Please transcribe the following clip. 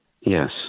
Yes